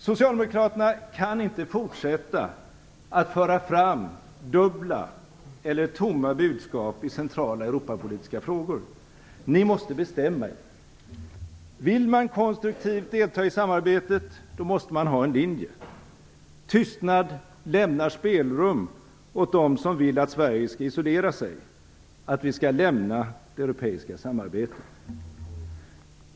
Socialdemokraterna kan inte fortsätta att föra fram dubbla eller tomma budskap i centrala Europapolitiska frågor. Ni måste bestämma er. Vill man konstruktivt delta i samarbetet, måste man ha en linje. Tystnad lämnar spelrum åt dem som vill att Sverige skall isolera sig, att vi skall lämna det europeiska samarbetet.